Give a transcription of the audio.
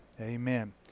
Amen